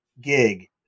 gig